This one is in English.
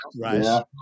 right